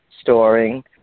storing